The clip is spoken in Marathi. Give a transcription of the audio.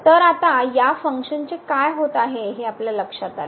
तर आता या फंक्शनचे काय होत आहे हे आपल्या लक्षात आले